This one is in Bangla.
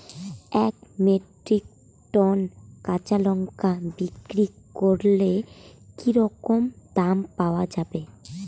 এক মেট্রিক টন কাঁচা লঙ্কা বিক্রি করলে কি রকম দাম পাওয়া যাবে?